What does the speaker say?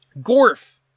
Gorf